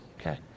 okay